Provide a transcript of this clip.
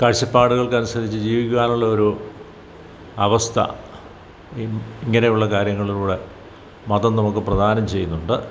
കാഴ്ചപ്പാടുകൾക്കനുസരിച്ച് ജീവിക്കാനുള്ളൊരു അവസ്ഥ വിം ഇങ്ങനെയുള്ള കാര്യങ്ങളിലൂടെ മതം നമുക്ക് പ്രദാനം ചെയ്യുന്നുണ്ട്